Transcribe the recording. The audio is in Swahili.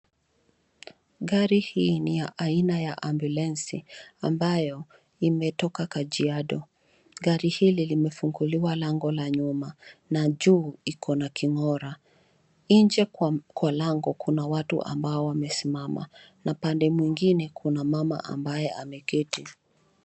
Gari hii ni ya aina ya ambulensi ambayo imetoka Kajiado. Gari hili limefunguliwa lango la nyuma na juu iko na king'ora. Nje kwa lango kuna watu ambao wamesimama na pande mwingine kuna mama ambaye ameketi.